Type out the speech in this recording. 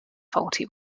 faulty